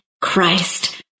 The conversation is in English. Christ